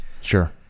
Sure